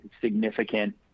significant